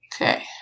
Okay